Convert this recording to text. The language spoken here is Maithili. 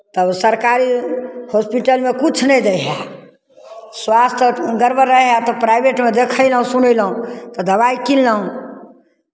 तब सरकारी हॉस्पिटलमे किछु नहि दै हए स्वास्थ्य गड़बड़ रहैत हए तऽ प्राइभेटमे देखयलहुँ सुनयलहुँ तऽ दबाइ किनलहुँ